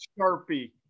Sharpie